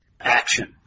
action